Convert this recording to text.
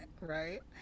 right